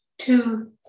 two